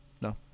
no